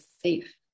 safe